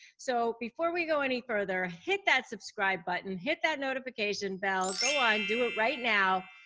so before we go any further, hit that subscribe button, hit that notification bell. go on, do it right now.